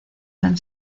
han